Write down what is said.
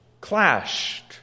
clashed